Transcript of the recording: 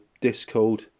discord